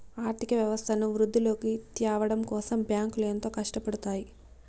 ఆర్థిక వ్యవస్థను వృద్ధిలోకి త్యావడం కోసం బ్యాంకులు ఎంతో కట్టపడుతాయి